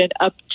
up